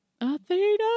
Athena